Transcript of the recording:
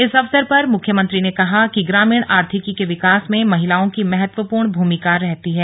इस अवसर पर मुख्यमंत्री ने कहा कि ग्रामीण आर्थिकी के विकास में महिलाओं की महत्वपूर्ण भूमिका रहती है